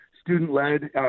student-led